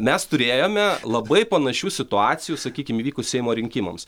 mes turėjome labai panašių situacijų sakykim įvykus seimo rinkimams